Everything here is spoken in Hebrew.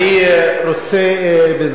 אדוני היושב-ראש,